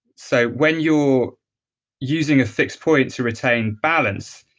so when you're using a fixed point to retain balance,